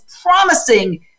promising